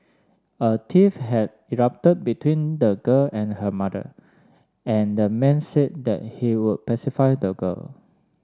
a tiff had erupted between the girl and her mother and the man said that he would pacify the girl